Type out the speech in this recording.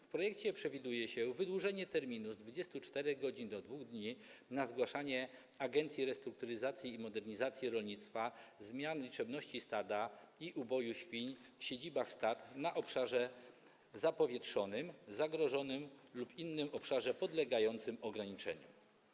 W projekcie przewiduje się wydłużenie terminu z 24 godzin do 2 dni na zgłaszanie Agencji Restrukturyzacji i Modernizacji Rolnictwa zmian liczebności stada i uboju świń w siedzibach stad na obszarze zapowietrzonym, zagrożonym lub innym obszarze podlegającym ograniczeniom.